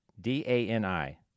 D-A-N-I